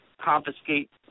confiscate